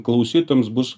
klausytojams bus